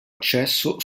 accesso